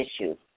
issues